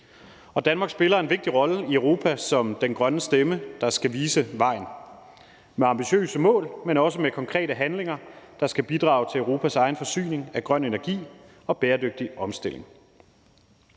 Danmark spiller en vigtig rolle i Europa som den grønne stemme, der skal vise vejen med ambitiøse mål, men også med konkrete handlinger, der skal bidrage til Europas egen forsyning af grøn energi og bæredygtig omstilling.